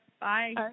Bye